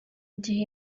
igihe